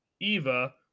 eva